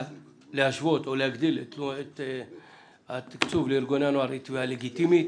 להשוות את תקציב ארגוני הנוער היא תביעה לגיטימית.